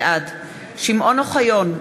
בעד שמעון אוחיון,